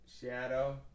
Shadow